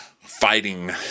fighting